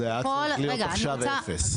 זה היה צריך להיות עכשיו אפס.